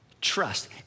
Trust